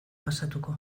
pasatuko